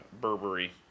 Burberry